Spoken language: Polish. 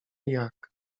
jak